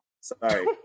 sorry